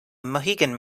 mohegan